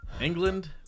England